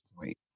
point